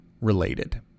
related